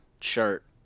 shirt